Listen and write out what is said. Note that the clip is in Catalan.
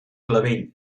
clavell